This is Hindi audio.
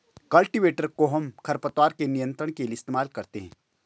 कल्टीवेटर कोहम खरपतवार के नियंत्रण के लिए इस्तेमाल करते हैं